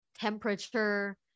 temperature